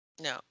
no